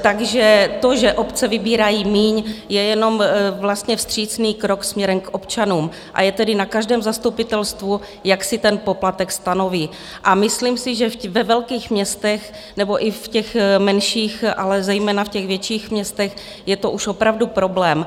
Takže to, že obce vybírají míň, je jenom vstřícný krok směrem k občanům, a je tedy na každém zastupitelstvu, jak si ten poplatek stanoví, a myslím si, že ve velkých městech nebo i v těch menších, ale zejména v těch větších městech je to už opravdu problém.